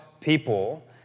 people